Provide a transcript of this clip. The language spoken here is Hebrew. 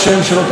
ולכן,